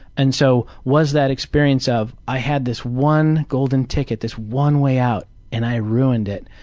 and so was that experience of i had this one golden ticket, this one way out and i ruined it,